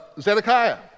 Zedekiah